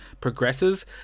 progresses